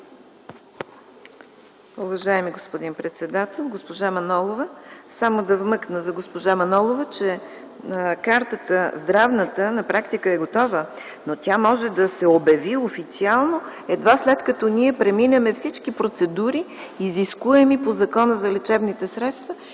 Уважаеми господин председател, госпожа Манолова! Само да вмъкна за госпожа Манолова, че Здравната карта на практика е готова, но тя може да се обяви официално, едва след като ние преминем всички процедури, изискуеми по Закона за лечебните средства